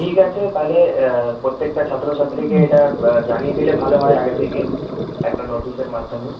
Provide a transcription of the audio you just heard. ঠিক আছে তাহলে প্রত্যেকটা ছাত্রছাত্রীকে এটা জানিয়ে দিলে ভালো হয় আগে থেকে একটা নোটিসের মাধ্যমে